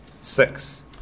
Six